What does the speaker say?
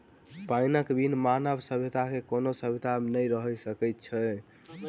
पाइनक बिन मानव सभ्यता के कोनो सभ्यता नै रहि सकैत अछि